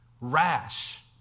rash